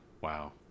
wow